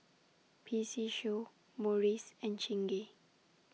P C Show Morries and Chingay